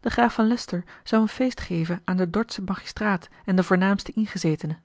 de graaf van leycester zou een feest geven aan den dordschen magistraat en de voornaamste ingezetenen